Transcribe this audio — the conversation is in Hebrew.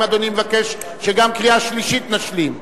האם אדוני מבקש שגם קריאה שלישית נשלים?